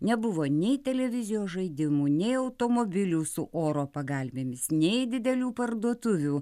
nebuvo nei televizijos žaidimų nei automobilių su oro pagalvėmis nei didelių parduotuvių